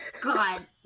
God